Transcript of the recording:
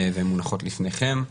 ומונחות לפניכם,